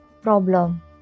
problem